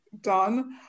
done